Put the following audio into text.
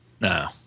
No